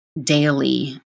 daily